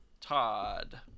Todd